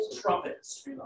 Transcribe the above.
trumpets